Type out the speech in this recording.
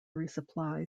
resupply